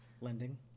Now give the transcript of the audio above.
Lending